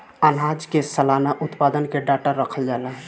आनाज के सलाना उत्पादन के डाटा रखल जाला